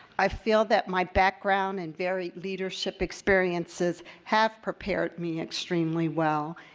i feel that my background and varied leadership experiences have prepared me extremely well,